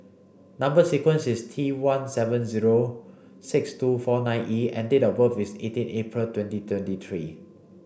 number sequence is T one seven zero six two four nine E and date of birth is eighteen April twenty twenty three